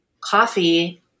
coffee